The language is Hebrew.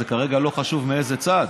כרגע לא חשוב מאיזה צד,